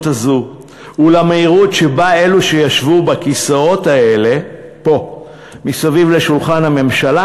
הזו ולמהירות שבה אלו שישבו על הכיסאות האלה פה מסביב לשולחן הממשלה,